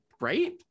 right